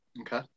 Okay